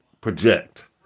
project